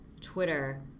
Twitter